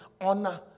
honor